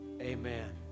Amen